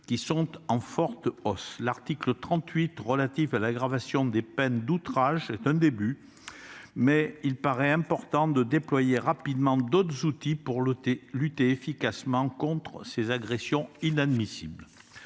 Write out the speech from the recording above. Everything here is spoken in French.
qui sont en forte hausse. L'article 38 relatif à l'aggravation des peines d'outrage est un début, mais il paraît important de déployer rapidement d'autres outils pour lutter efficacement contre ces agressions inadmissibles.